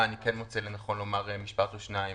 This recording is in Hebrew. אני כן מוצא לנכון לומר משפט או שניים.